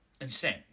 Insane